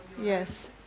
Yes